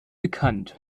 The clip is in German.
bekannt